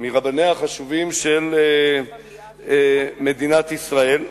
מרבניה החשובים של מדינת ישראל.